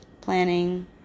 planning